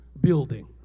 building